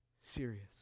serious